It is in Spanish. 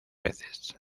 veces